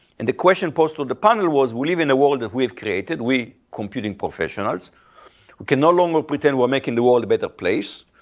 and the question post to the panel was, we live in a world that we've created, we computing professionals. we can no longer pretend we're making the world a better place,